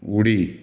उडी